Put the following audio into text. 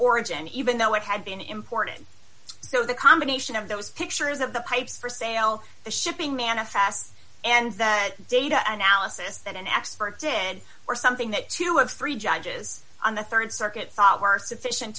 origin even though it had been imported so the combination of those pictures of the pipes for sale the shipping manifest and the data analysis that an expert did or something that two of three judges on the rd circuit thought were sufficient